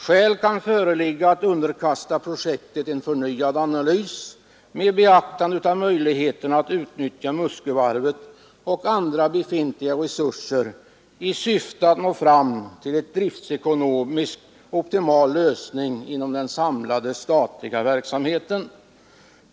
Skäl kan föreligga att underkasta projektet en förnyad analys med beaktande av möjligheterna att utnyttja Muskövarvet och andra befintliga resurser i syfte att nå fram till en driftekonomiskt optimal lösning inom den samlade statliga verksamheten.